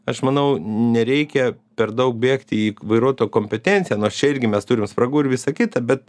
aš manau nereikia per daug bėgti į vairuotojo kompetenciją nors čia irgi mes turim spragų ir visa kita bet